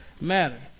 matter